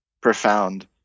profound